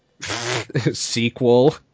sequel